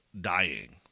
dying